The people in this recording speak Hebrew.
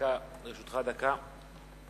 לרשותך דקה.